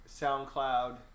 SoundCloud